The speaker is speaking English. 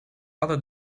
other